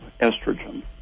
estrogen